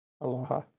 Aloha